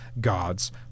God's